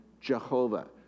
Jehovah